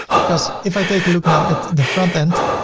because if i take a look now at the front end,